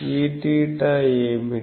Eθ ఏమిటి